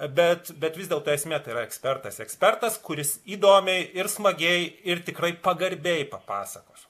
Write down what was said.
bet bet vis dėlto esmė tai yra ekspertas ekspertas kuris įdomiai ir smagiai ir tikrai pagarbiai papasakos